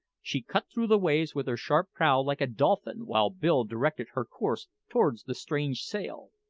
she cut through the waves with her sharp prow like a dolphin, while bill directed her course towards the strange sail.